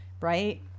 Right